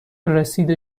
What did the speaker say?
رسید